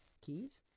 Keys